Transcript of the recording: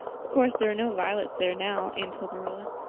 of course there are no violets there now, anne told marilla,